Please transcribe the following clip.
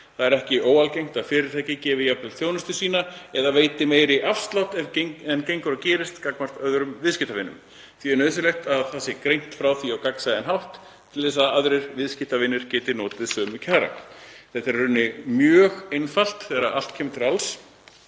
Það er ekki óalgengt að fyrirtæki gefi jafnvel þjónustu sína eða veiti meiri afslátt en gengur og gerist gagnvart öðrum viðskiptavinum. Því er nauðsynlegt að greint sé frá því á gagnsæjan hátt til þess að aðrir viðskiptavinir geti notið sömu kjara. Þetta er í rauninni mjög einfalt þegar allt kemur til alls;